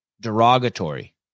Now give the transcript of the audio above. Derogatory